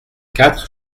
quatre